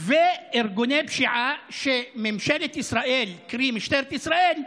וארגוני פשיעה, שממשלת ישראל, קרי משטרת ישראל,